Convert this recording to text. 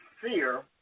fear